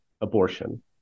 abortion